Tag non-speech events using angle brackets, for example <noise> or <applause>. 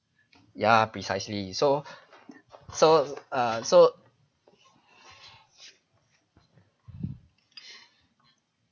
ya precisely so <breath> so err so